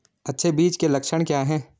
अच्छे बीज के लक्षण क्या हैं?